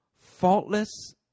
faultless